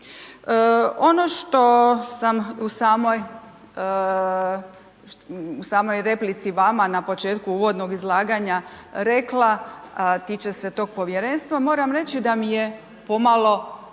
Ono što sam u samoj, u samoj replici vama na početku uvodnog izlaganja rekla, a tiče se tog povjerenstva moram reći da mi je pomalo zbunjujuće